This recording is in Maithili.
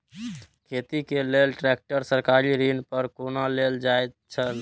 खेती के लेल ट्रेक्टर सरकारी ऋण पर कोना लेल जायत छल?